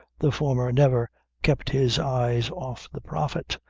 the former never kept his eyes off the prophet,